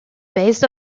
based